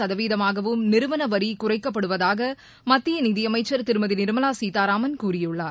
சதவீதமாகவும் நிறுவன வரி குறைக்கப்படுவதாக மத்திய நிதியமைச்சர் திருமதி நிர்மலா சீதாராமன் கூறியுள்ளார்